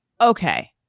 Okay